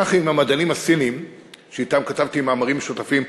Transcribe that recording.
כך עם המדענים הסינים שאתם כתבתי מאמרים משותפים,